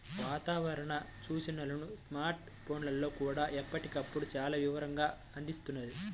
వాతావరణ సూచనలను స్మార్ట్ ఫోన్లల్లో కూడా ఎప్పటికప్పుడు చాలా వివరంగా అందిస్తున్నారు